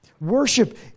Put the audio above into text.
Worship